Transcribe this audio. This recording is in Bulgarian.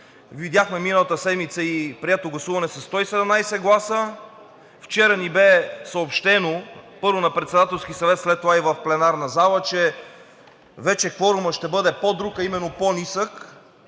видяхме миналата седмица и прието гласуване със 117 гласа, а вчера ни бе съобщено – първо на Председателски съвет, а след това и в пленарната зала, че кворумът вече ще бъде по-друг, а именно по-нисък,